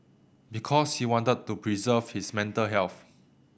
because he wanted to preserve his mental health